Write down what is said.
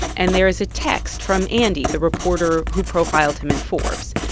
and there is a text from andy, the reporter who profiled him in forbes.